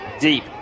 Deep